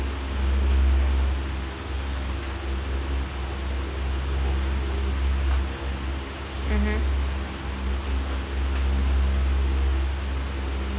mmhmm